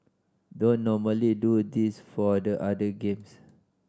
don't normally do this for the other games